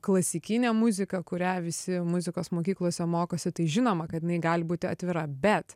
klasikinė muzika kurią visi muzikos mokyklose mokosi tai žinoma kad jinai gali būti atvira bet